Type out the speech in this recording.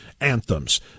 anthems